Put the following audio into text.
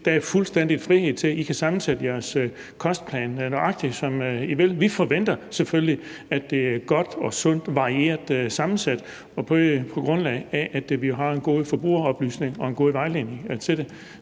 Der er fuldstændig frihed til, at I kan sammensætte jeres kostplan, nøjagtig som I vil. Vi forventer selvfølgelig, at indholdet er godt, sundt og varieret sammensat, på grundlag af at vi jo har en god forbrugeroplysning og en god vejledning at